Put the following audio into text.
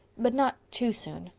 but not too soon.